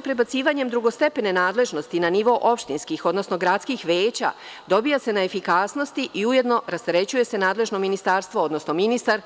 Prebacivanjem drugostepene nadležnosti na nivo opštinskih, odnosno gradskih veća, dobija se na efikasnosti i ujedno se rasterećuje nadležno ministarstvo, odnosno ministar,